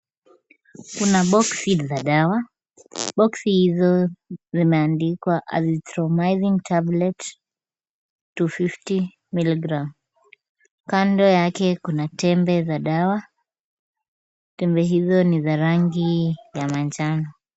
Kuna box [ca] za dawa. Box hizo zimeandikwa Azithromycn tablet 250mg . Kando yake kuna tembe za dawa. Tembe hizo ni za rangi ya manjano.